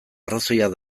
arrazoiak